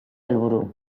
helburu